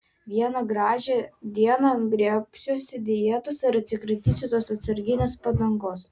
vieną gražią dieną griebsiuosi dietos ir atsikratysiu tos atsarginės padangos